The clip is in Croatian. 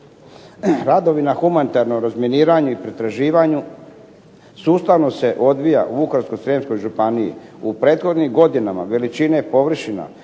Radovi na humanitarnom razminiranju i pretraživanju sustavno se odvija u Vukovarsko-srijemskoj županiji. U prethodnim godinama veličine površina